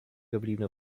gebliebene